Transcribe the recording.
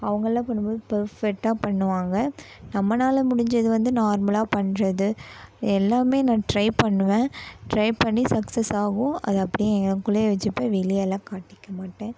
அவங்கள்லாம் பண்ணும்போது பேர்ஃபெட்டாக பண்ணுவாங்க நம்மனால முடிஞ்சது வந்து நார்மலாக பண்றது எல்லாமே நான் ட்ரை பண்ணுவேன் ட்ரை பண்ணி சக்ஸஸ் ஆகும் அதை அப்படியே எனக்குள்ளே வெச்சுப்பேன் வெளியேலாம் காட்டிக்க மாட்டேன்